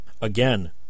again